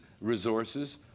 resources